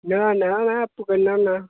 नां नां में आपूं करना होन्ना